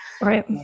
Right